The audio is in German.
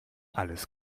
alles